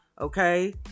Okay